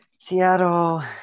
Seattle